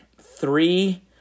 Three